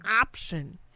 option